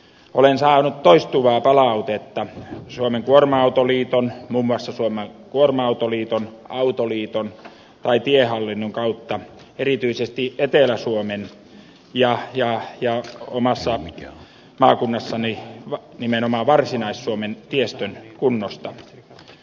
olen saanut toistuvaa palautetta muun muassa suomen kuorma autoliiton autoliiton ja tiehallinnon kautta erityisesti etelä suomen ja oman maakuntani varsinais suomen tiestön kunnosta